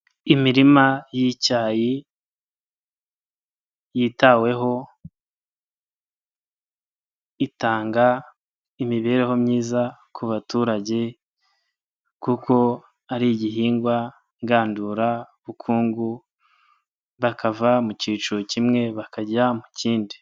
Imirima y'icyayi, yitaweho, itanga imibereho myiza ku baturage, kuko ari igihingwa ngandurabukungu, bakava mu kiciro kimwe bakajya mu kindi.